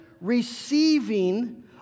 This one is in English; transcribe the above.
receiving